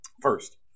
first